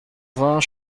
vingt